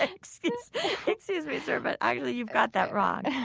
ah excuse excuse me, sir, but actually you've got that wrong.